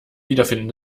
wiederfinden